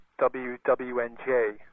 WWNJ